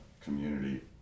community